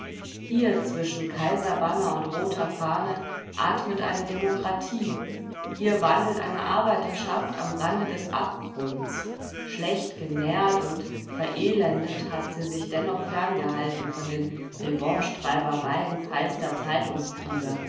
hier zwischen kaiserbanner und roter fahne atmet eine demokratie hier wandelt eine arbeiterschaft am rande des abgrunds schlecht genährt und verelendet hat sie sich dennoch ferngehalten von den revanchetreibereien feister